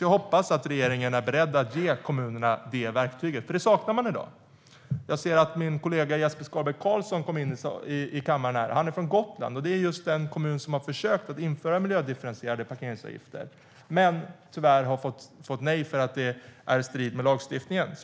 Jag hoppas att regeringen är beredd att ge kommunerna det verktyget. Det saknar de i dag. Jag ser att min kollega Jesper Skalberg Karlsson nu kommit in i kammaren. Han är från Gotland. Det är en kommun som har försökt att införa miljödifferentierade parkeringsavgifter. Men de har tyvärr fått nej eftersom det är i strid med lagstiftningen.